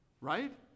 right